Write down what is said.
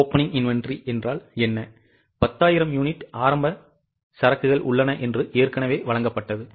10000 unit ஆரம்ப சரக்குகள் உள்ளன என்று ஏற்கனவே வழங்கப்பட்டது